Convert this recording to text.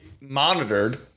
monitored